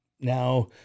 Now